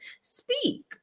speak